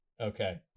Okay